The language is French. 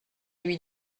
lui